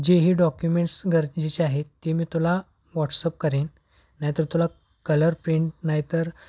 जे ही डॉक्युमेंट्स गरजेचे आहेत ते मी तुला व्हॉट्सअप करेन नाहीतर तुला कलर प्रिंट नाहीतर